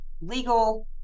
legal